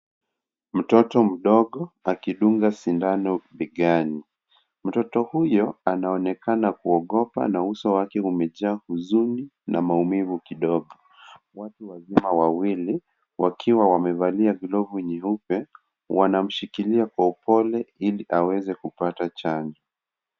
Mtoto mdogo, akidunga sindano, begani, mtoto huyo, anaonekana kuogopa, na uso wake umejaa huzuni, na maumivu kidogo, watu wazima wawili, wakiwa wamevalia glovu nyeupe, wanamshikilia kwa upole ili aweze kupata chanjo.